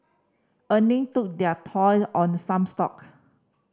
earning took their toll on some stock